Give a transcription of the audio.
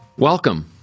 Welcome